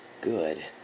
good